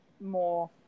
more